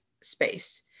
space